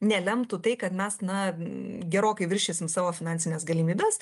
nelemtų tai kad mes na gerokai viršysim savo finansines galimybes